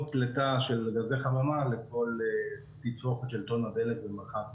פליטה של גזי חממה לכל תצרוכת של טון דלק במרחק...